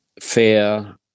fair